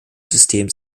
system